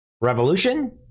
revolution